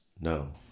No